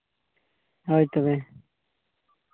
ᱦᱳᱭ ᱛᱚᱵᱮ